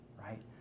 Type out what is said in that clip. right